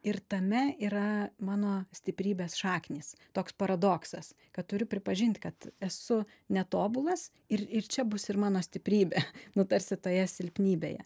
ir tame yra mano stiprybės šaknys toks paradoksas kad turiu pripažinti kad esu netobulas ir ir čia bus ir mano stiprybė nu tarsi toje silpnybėje